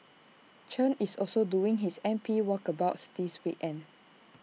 Chen is also doing his M P walkabouts this weekend